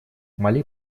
мали